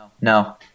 No